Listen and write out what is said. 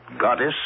goddess